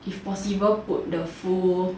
if possible put the full